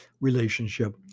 relationship